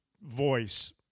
voice